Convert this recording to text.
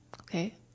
okay